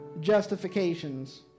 justifications